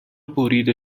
بریده